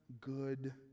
good